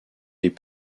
des